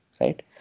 Right